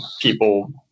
people